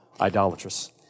idolatrous